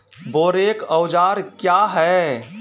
बोरेक औजार क्या हैं?